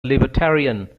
libertarian